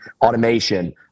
automation